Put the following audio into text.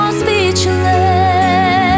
speechless